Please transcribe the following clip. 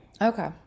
Okay